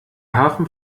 hafen